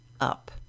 up